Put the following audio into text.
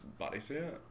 bodysuit